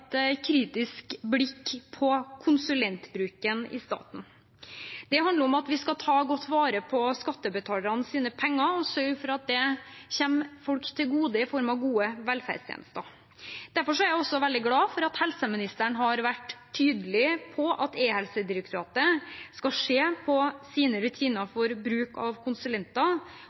kritisk blikk på konsulentbruken i staten. Det handler om at vi skal ta godt vare på skattebetalernes penger og sørge for at de kommer folk til gode i form av gode velferdstjenester. Derfor er jeg også veldig glad for at helseministeren har vært tydelig på at Direktoratet for e-helse skal se på sine rutiner for bruk av konsulenter,